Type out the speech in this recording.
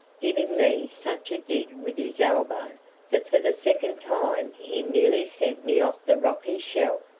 giving me such a dig with his elbow that for the second time he nearly sent me off the rocky shelf.